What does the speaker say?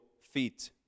feet